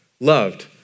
Loved